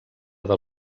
del